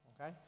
okay